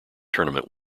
tournament